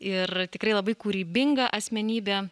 ir tikrai labai kūrybinga asmenybė